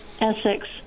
Essex